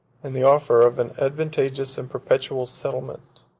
and the offer of an advantageous and perpetual settlement.